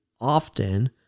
often